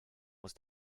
muss